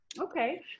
okay